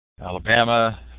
Alabama